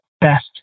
best